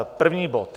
První bod.